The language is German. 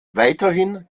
weiterhin